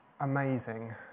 amazing